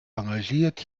engagiert